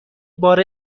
بار